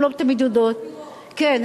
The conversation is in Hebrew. הן לא תמיד יודעות, כן.